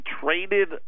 traded